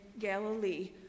Galilee